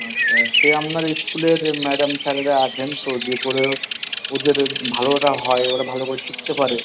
আচ্ছা সে আপনারা স্কুলের ম্যাডাম স্যারেরা আছেন তো যে করে হোক ওদের ভালোটা হয় ওরা ভালো করে শিখতে পারে